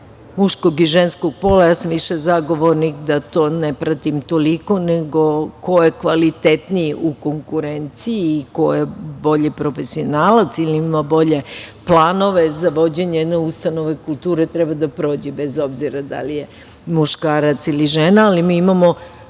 muškog i ženskog pola. Ja sam više zagovornik da to ne pratim toliko, nego ko je kvalitetniji u konkurenciji i ko je bolji profesionalac ili ima bolje planove za vođenje jedne ustanove kulture, treba da prođe bez obzira da li je muškarac ili žena. Mi imamo